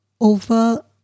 over